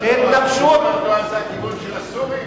כיוון התנועה זה הכיוון של הסורים?